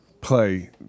play